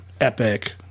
Epic